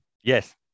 Yes